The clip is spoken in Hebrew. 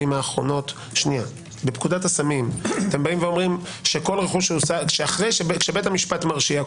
האחרונות - בפקודת הסמים אתם אומרים שכשבית המשפט מרשיע,